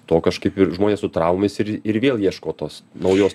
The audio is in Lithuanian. to kažkaip ir žmonės su traumomis ir ir vėl ieško tos naujos